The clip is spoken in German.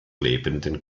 lebenden